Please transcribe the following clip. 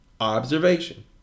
Observation